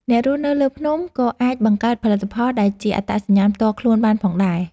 អ្នករស់នៅលើភ្នំ ក៏អាចបង្កើតផលិតផលដែលជាអត្តសញ្ញាណផ្ទាល់ខ្លួនបានផងដែរ។